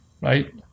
Right